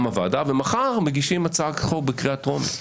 הוועדה ומחר מגישים הצעת חוק בקריאה טרומית.